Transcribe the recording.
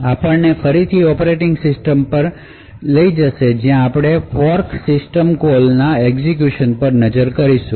આ આપણને ફરીથી ઑપરેટિંગ સિસ્ટમ પર લઈ જશે જ્યાં આપણે ફોર્ક સિસ્ટમ કોલના એક્ઝેક્યુશન પર નજર કરીશું